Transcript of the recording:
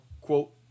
quote